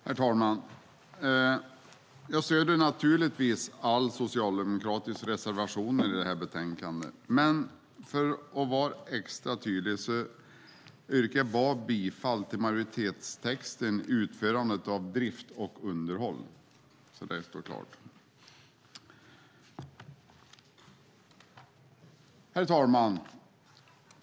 Herr talman! Jag stöder naturligtvis alla socialdemokratiska reservationer i betänkandet, men för att vara extra tydlig yrkar jag bifall enbart till utskottets förslag under punkt 11, Utförande av drift och underhåll, så att det står klart. Herr talman!